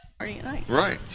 Right